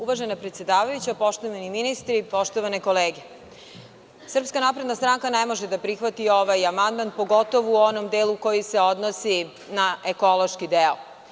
Uvažena predsedavajuća, poštovani ministri, poštovane kolege, SNS ne može da prihvati ovaj amandman, pogotovo u onom delu koji se odnosi na ekološki deo.